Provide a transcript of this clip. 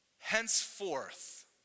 henceforth